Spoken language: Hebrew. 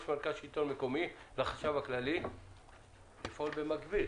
מרכז שלטון מקומי לחשב הכללי לפעול במקביל